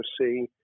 see